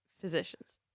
physicians